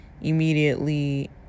Immediately